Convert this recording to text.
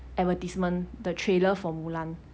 advertisement the trailer for mulan